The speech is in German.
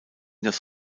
das